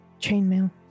Chainmail